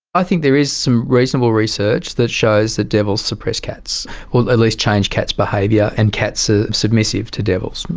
i think there is some reasonable research that shows that devils suppress cats or at least change cats' behaviour and cats are ah submissive to devils,